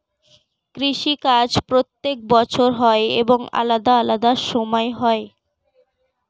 কৃষি কাজ প্রত্যেক বছর হয় এবং আলাদা আলাদা সময় হয়